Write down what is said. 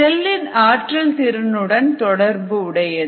செல்லின் ஆற்றல் திறனுடன் தொடர்பு உடையது